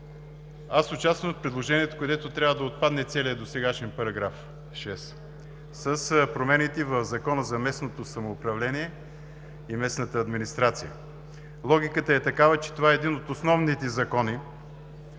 Аз участвах в предложението, където трябва да отпадне целият досегашен § 6 с промените в Закона за местното самоуправление и местната администрация. Логиката е такава, че това е един от основните закони